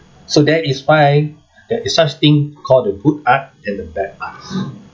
so that is why there is such thing called the good art and the bad arts